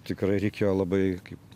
tikrai reikėjo labai kaip